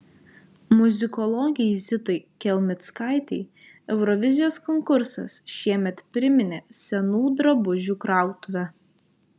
muzikologei zitai kelmickaitei eurovizijos konkursas šiemet priminė senų drabužių krautuvę